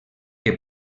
que